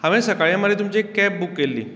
हांवें सकाळी मरे तुमची एक कॅब बुक केल्ली